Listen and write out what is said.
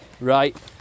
Right